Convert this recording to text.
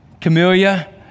camellia